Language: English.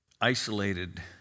isolated